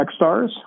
Techstars